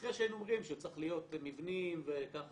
אחרי שהיינו אומרים שצריך להיות מבנים, אז